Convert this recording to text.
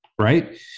right